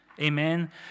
Amen